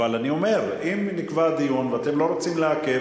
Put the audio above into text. אבל אני אומר שאם נקבע דיון ואתם לא רוצים לעכב,